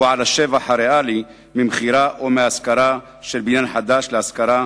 על השבח הריאלי ממכירה או מהשכרה של בניין חדש להשכרה,